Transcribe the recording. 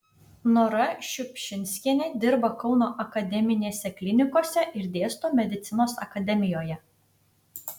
nora šiupšinskienė dirba kauno akademinėse klinikose ir dėsto medicinos akademijoje